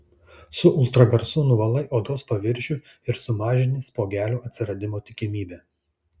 su ultragarsu nuvalai odos paviršių ir sumažini spuogelių atsiradimo tikimybę